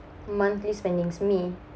monthly spendings me